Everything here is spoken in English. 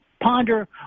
ponder